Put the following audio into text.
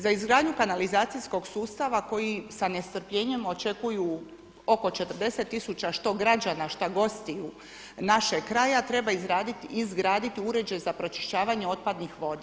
Za izgradnju kanalizacijskog sustava koji sa nestrpljenjem očekuju oko 40 tisuća što građana, šta gostiju našeg kraja treba izgraditi uređaj za pročišćavanje otpadnih voda.